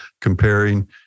comparing